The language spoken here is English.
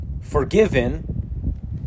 forgiven